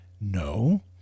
no